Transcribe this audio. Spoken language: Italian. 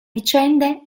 vicende